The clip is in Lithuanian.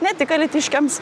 ne tik alytiškiams